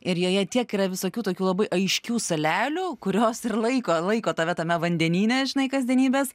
ir joje tiek yra visokių tokių labai aiškių salelių kurios ir laiko laiko tave tame vandenyne žinai kasdienybės